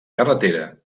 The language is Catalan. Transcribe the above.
carretera